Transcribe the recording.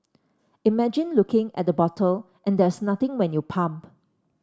imagine looking at the bottle and there's nothing when you pump